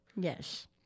Yes